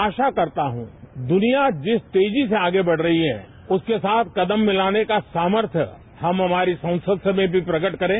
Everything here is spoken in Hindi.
आशा करता हूं दुनिया जिस तेजी से आगे बढ़ रही है उसके साथ कदम मिलाने का सामर्थ हम हमारी संसद में भी प्रकट करें